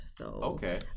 Okay